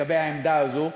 לגבי העמדה הזאת.